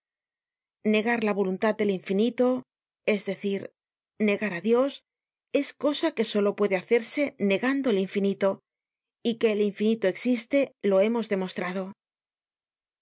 negar la voluntad del infmito es decir negar á dios es cosa que solo puede hacerse negando el infinito y que el infinito existe lo hemos demostrado la